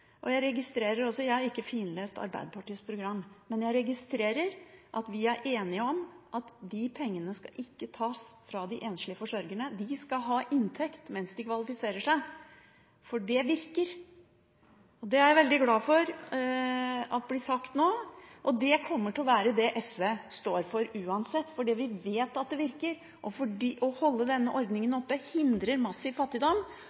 men jeg registrerer at vi er enige om at de pengene ikke skal tas fra de enslige forsørgerne. De skal ha inntekt mens de kvalifiserer seg, for det virker, og det er jeg veldig glad for at blir sagt nå, og det kommer til å være det SV står for, uansett, fordi vi vet at det virker. Det å holde denne ordningen oppe, hindrer massiv fattigdom,